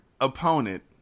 opponent